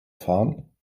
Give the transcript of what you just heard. fahren